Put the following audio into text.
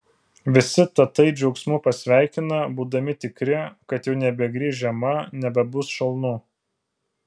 visi tatai džiaugsmu pasveikina būdami tikri kad jau nebegrįš žiema nebebus šalnų